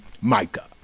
Micah